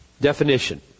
Definition